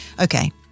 Okay